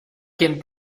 quien